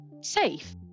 safe